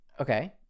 Okay